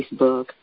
Facebook